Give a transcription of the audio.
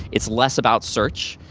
it's less about search,